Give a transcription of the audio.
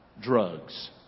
drugs